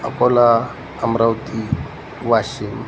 Akola Amravati Washim